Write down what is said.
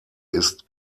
ist